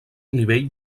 nivell